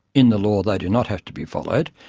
in the law they do not have to be followed.